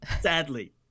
sadly